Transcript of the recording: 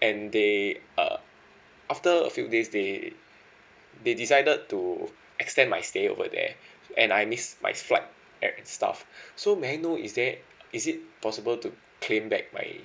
and they uh after a few days they they decided to extend my stay over there and I missed my flight and stuff so may I know is there is it possible to claim back by